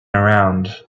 around